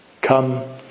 Come